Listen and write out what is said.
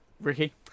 Ricky